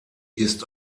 ist